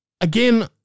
again